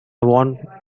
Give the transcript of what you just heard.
want